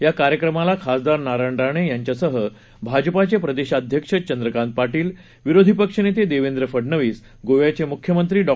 याकार्यक्रमालाखासदारनारायणराणेयांच्यासहभाजपचेप्रदेशाध्यक्षचंद्रकांतपाटील विरोधीपक्षनेतेदेवेंद्रफडनवीस गोव्याचेमुख्यमंत्रीडॉ